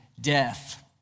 death